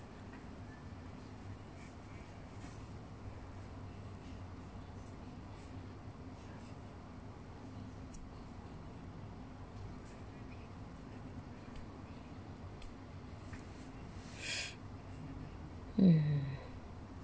mm